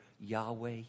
Yahweh